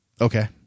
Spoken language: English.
Okay